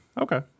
Okay